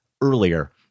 earlier